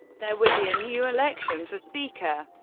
there would be a new election for speaker.